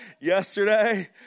Yesterday